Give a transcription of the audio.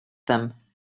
them